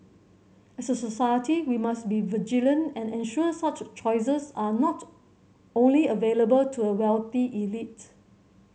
as a society we must be vigilant and ensure such choices are not only available to a wealthy elite